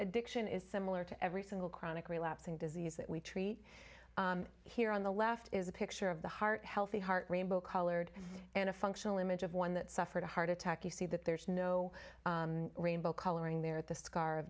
addiction is similar to every single chronic relapse and disease that we treat here on the left is a picture of the heart healthy heart rainbow colored and a functional image of one that suffered a heart attack you see that there is no rainbow coloring there at the scar